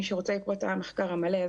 מי שרוצה לקרוא את המחקר המלא,